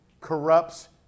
corrupts